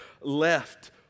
left